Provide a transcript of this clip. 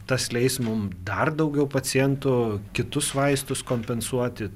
tas leis mums dar daugiau pacientų kitus vaistus kompensuoti